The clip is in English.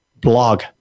blog